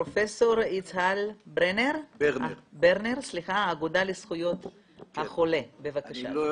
פרופ' יצהל ברנר, האגודה לזכויות החולה, בבקשה.